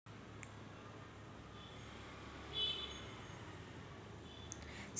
सामाजिक योजना सर्वाईले लागू रायते काय?